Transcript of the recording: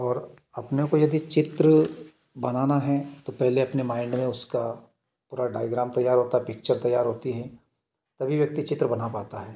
और अपने को यदि चित्र बनाना है तो पहले अपने माइंड में उसका पूरा डायग्राम तैयार होता पिक्चर तैयार होती हैं तभी व्यक्ति चित्र बना पाता है